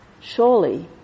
Surely